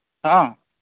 ᱦᱮᱸ